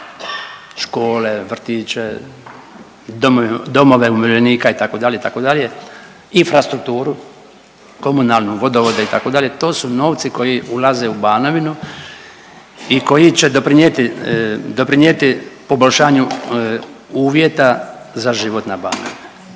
škole, vrtiće, domovine umirovljenika, itd., itd., infrastrukturu komunalnu, vodovode, itd., to su novci koji ulaze u Banovinu i koji će doprinijeti, doprinijeti poboljšanju uvjeta za život na